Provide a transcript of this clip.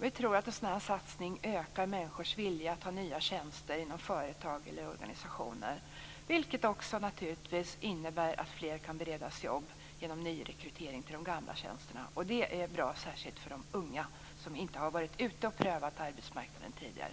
Vi tror att en sådan satsning ökar människors vilja att ta nya tjänster inom företag och organisationer, vilket innebär att fler kan beredas jobb genom nyrekrytering till de gamla tjänsterna. Det är bra särskilt för de unga som inte har varit ute och prövat på arbetsmarknaden tidigare.